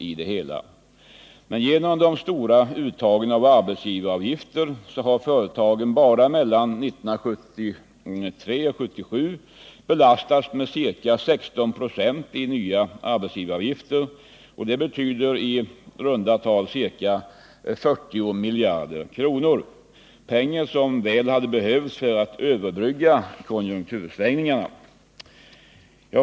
Men på grund av de stora uttagen av arbetsgivaravgifter har företagen bara mellan 1973 och 1977 belastats med ca 16 96 i nya arbetsgivaravgifter, vilket i runt tal betyder ca 40 miljarder kronor, pengar som väl skulle ha behövts för att överbrygga konjunktursvängningarna.